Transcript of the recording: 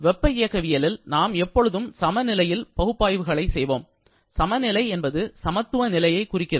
வெப்ப இயக்கவியலில் நாம் எப்பொழுதும் சமநிலையில் பகுப்பாய்வுகளை செய்வோம் சமநிலை என்பது சமத்துவ நிலையை குறிக்கிறது